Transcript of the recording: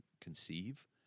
conceive